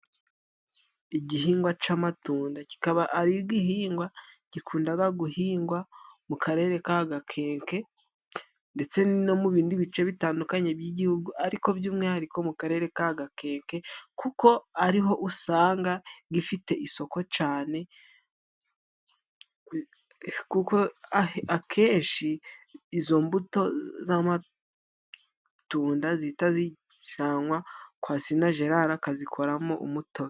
Igihingwa cy'amatunda, kikaba ari igihingwa gikunda guhingwa mu Karere ka Gakenke, ndetse no mu bindi bice bitandukanye by'Igihugu, ariko by'umwihariko mu Karere ka Gakeke, kuko ariho usanga gifite isoko cyane, kuko akenshi izo mbuto z'amatunda zihita zijanwa kwa Sina Gerard, akazikoramo umutobe.